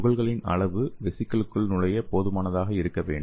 துகள்களின் அளவு வெசிகிள்களுக்குள் நுழைய போதுமானதாக இருக்க வேண்டும்